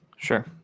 Sure